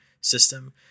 system